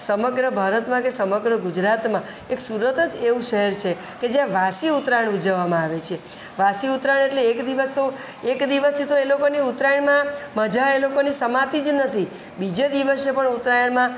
સમગ્ર ભારતમાં કે સમગ્ર ગુજરાતમાં એક સુરત જ એવું શહેર છે કે જ્યાં વાસી ઉત્તરાયણ ઉજવવામાં આવે છે વાસી ઉત્તરાયણ એટલે એક દિવસ તો એક દિવસથી તો એ લોકોની ઉત્તરાયણમાં મજા એ લોકોની મજા સમાતી જ નથી બીજે દિવસે પણ ઉત્તરાયણમાં